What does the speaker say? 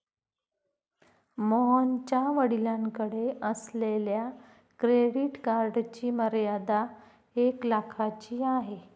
मोहनच्या वडिलांकडे असलेल्या क्रेडिट कार्डची मर्यादा एक लाखाची आहे